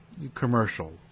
commercial